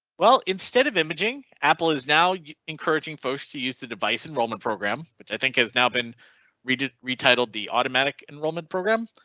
well, instead of imaging apple is now encouraging folks to use the device enrollment program. but i think has now been ah retitled the automatic enrollment program